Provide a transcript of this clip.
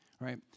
Right